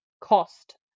cost